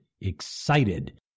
excited